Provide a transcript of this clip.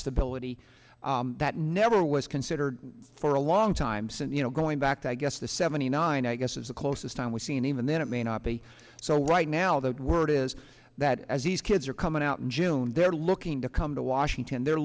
stability that never was considered for a long time since you know going back to i guess the seventy nine i guess is the closest time we've seen even then it may not be so right now the word is that as these kids are coming out in june they're looking to come to washington they're